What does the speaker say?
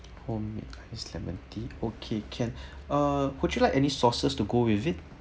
homemade iced lemon tea okay can uh would you like any sauces to go with it